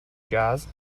jazz